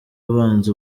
abanza